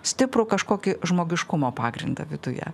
stiprų kažkokį žmogiškumo pagrindą viduje